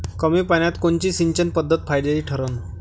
कमी पान्यात कोनची सिंचन पद्धत फायद्याची ठरन?